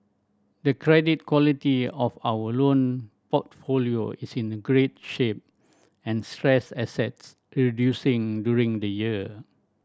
the credit quality of our loan portfolio is in a great shape and stress assets reducing during the year